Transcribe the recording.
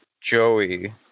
joey